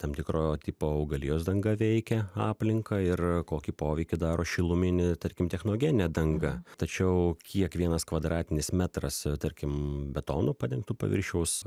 tam tikro tipo augalijos danga veikia aplinką ir kokį poveikį daro šiluminė tarkim technogeninė danga tačiau kiek vienas kvadratinis metras tarkim betonu padengtu paviršiaus